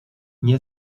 nie